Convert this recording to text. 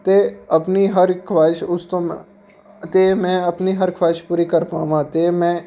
ਅਤੇ ਆਪਣੀ ਹਰ ਖੁਆਇਸ਼ ਉਸ ਤੋਂ ਮੈਂ ਅਤੇ ਮੈਂ ਆਪਣੀ ਹਰ ਖੁਆਇਸ਼ ਪੂਰੀ ਕਰ ਪਾਵਾਂ ਅਤੇ ਮੈਂ